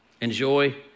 Enjoy